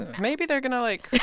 maybe they're going to, like,